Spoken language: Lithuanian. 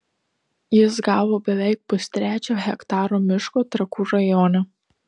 jis gavo beveik pustrečio hektaro miško trakų rajone